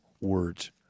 words